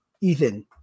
Ethan